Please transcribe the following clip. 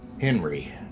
Henry